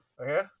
Okay